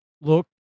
look